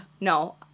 No